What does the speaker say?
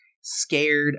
scared